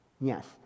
yes